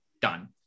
done